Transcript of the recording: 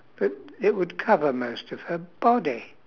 it it would cover most of her body